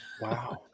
Wow